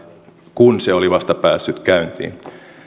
kun se oli vasta päässyt käyntiin